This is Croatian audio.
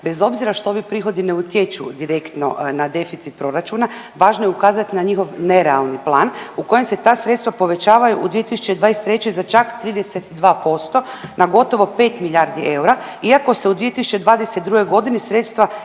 Bez obzira što ovi prihodi ne utječu direktno na deficit proračuna, važno je ukazati na njihov nerealni plan u kojem se ta sredstva povećavaju u 2023. za čak 32% na gotovo 5 milijardi eura iako se u 2022. sredstva